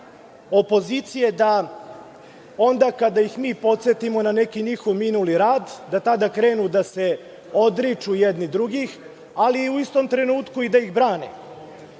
da onda kada ih mi podsetimo na neki njihov minuli rad, da tada krenu da se odriču jednih drugih, ali u istom trenutku i da ih brane.